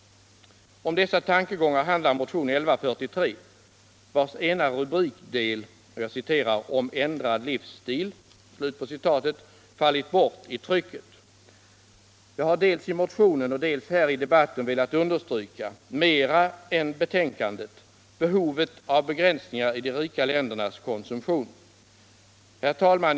Om dessa tankegångar handlar motionen.1143, vars ena rubrikdel ”om ändrad livsstil” fallii bort i trycket: Jag har dels i motionen, dels här i debatten velat understryka - mera än som görs i betänkandet — behovet av begränsningar I de rika ländernas konsumtion. Herr talman!